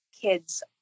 kids